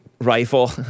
rifle